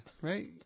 right